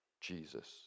Jesus